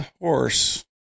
horse